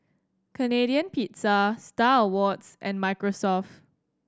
Canadian Pizza Star Awards and Microsoft